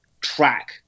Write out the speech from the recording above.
track